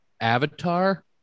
Avatar